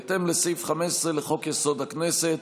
בהתאם לסעיף 15 לחוק-יסוד: הכנסת,